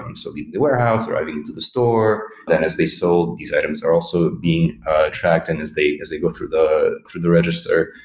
and so leaving the warehouse, arriving to the store. then as they sold, these items are also being tracked and as they as they go through the through the register.